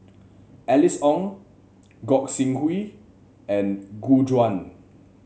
Alice Ong Gog Sing Hooi and Gu Juan